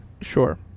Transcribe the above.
sure